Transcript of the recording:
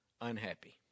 unhappy